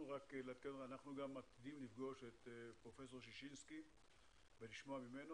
אנחנו מקפידים לפגוש את פרופסור ששינסקי ולשמוע ממנו.